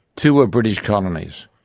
two are british colonies,